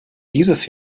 dieses